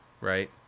Right